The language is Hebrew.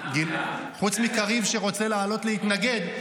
חוץ מקריב, שרוצה לעלות להתנגד.